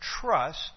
trust